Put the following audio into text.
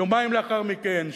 יומיים לאחר מכן,